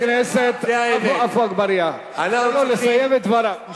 חבר הכנסת עפו אגבאריה, תן לו לסיים את דבריו.